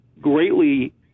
greatly